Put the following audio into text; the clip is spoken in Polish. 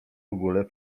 ogóle